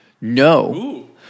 No